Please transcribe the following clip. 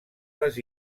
les